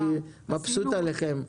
אני מבסוט עליכם.